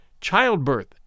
childbirth